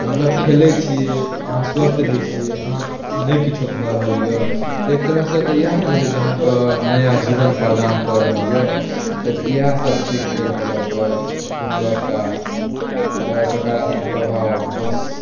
मतलब खेलै छियै अहाँ स्वस्थ रहै छियै अहाँके ने किछो भऽ रहल यऽ तऽ एकतरहसँ तऽ इएह ने भेलै जे अहाँके नया जीवन प्रदान कऽ रहल यऽ तऽ इएह सब छै खेलके लअ कऽ गुणवत्ता सकारात्मक प्रभाव बस